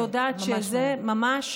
אני יודעת שזה, ממש.